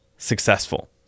successful